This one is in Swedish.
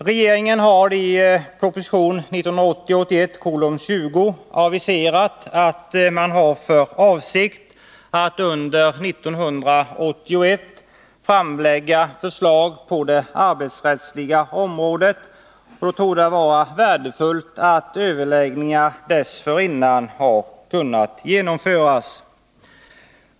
Regeringen har i proposition 1980/81:20 aviserat att man har för avsikt att under 1981 framlägga förslag på det arbetsrättsliga området, och då torde det vara värdefullt att överläggningar dessförinnan har kunnat genomföras.